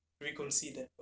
reconsider